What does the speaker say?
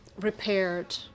repaired